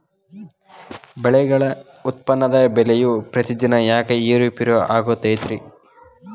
ಬೆಳೆಗಳ ಉತ್ಪನ್ನದ ಬೆಲೆಯು ಪ್ರತಿದಿನ ಯಾಕ ಏರು ಪೇರು ಆಗುತ್ತೈತರೇ?